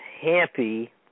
Happy